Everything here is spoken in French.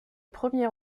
premier